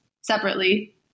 separately